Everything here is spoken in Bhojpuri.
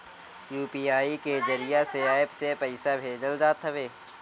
यू.पी.आई के जरिया से एप्प से पईसा भेजल जात हवे